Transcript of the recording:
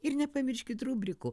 ir nepamirškit rubrikų